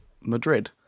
Madrid